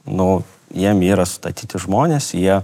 nu jiem yra sustatyti žmonės jie